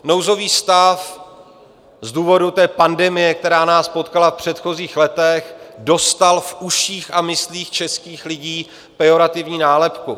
Nouzový stav z důvodu té pandemie, která nás potkala v předchozích letech, dostal v uších a myslích českých lidí pejorativní nálepku.